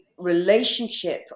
relationship